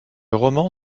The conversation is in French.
roman